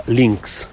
links